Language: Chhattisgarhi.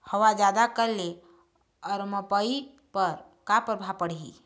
हवा जादा करे ले अरमपपई पर का परभाव पड़िही?